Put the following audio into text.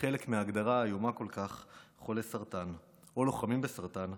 לחלק מההגדרה האיומה כל כך "חולי סרטן" או "לוחמים בסרטן",